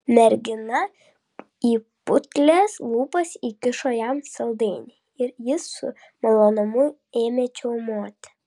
mergina į putlias lūpas įkišo jam saldainį ir jis su malonumu ėmė čiaumoti